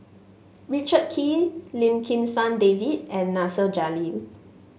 Richard Kee Lim Kim San David and Nasir Jalil